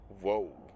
Whoa